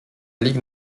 ligue